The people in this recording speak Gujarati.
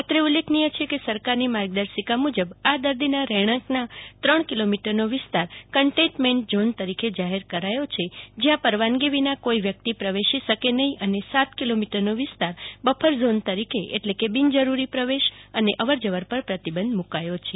અત્રે ઉલ્લેખનીય છે કે સરકારની માર્ગદર્શિકા મુજબ આ દર્દીના રહેણાંકના ત્રણ કિલોમીટરનો વિસ્તાર કન્ટેન્ટમેન્ટ ઝોન તરીકે જાહેર કરાયો છે જ્યાં પરવાનગી વિના કોઈ વ્યક્તિ પ્રવેશી નહિ શકે એ સાત કિલોમીટરનો વિસ્તાર બફર ઝોન એટેલે કે બિનજરૂરી પ્રવેશ અને અવરજવર પર પ્રતિબંધ મુકાયો છે